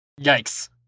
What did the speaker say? yikes